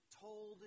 told